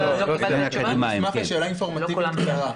אני אשמח לשאלה אינפורמטיבית קצרה.